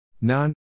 None